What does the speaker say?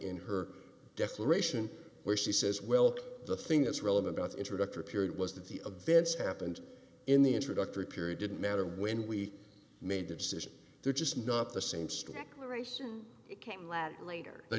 in her death ration where she says well the thing is relevant about introductory period was that the of dance happened in the introductory period didn't matter when we made the decision they're just not the same story the race came last later the